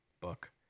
book